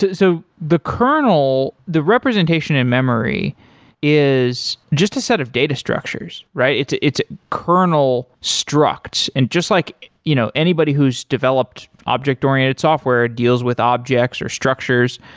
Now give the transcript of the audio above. so the kernel, the representation in memory is just a set of data structures, right? it's it's kernel structs. and just like you know anybody who's developed object oriented software, deals with object or structures,